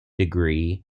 degree